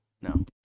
no